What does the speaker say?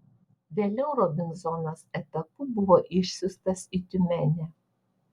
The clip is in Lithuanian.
vėliau robinzonas etapu buvo išsiųstas į tiumenę